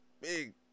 big